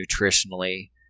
nutritionally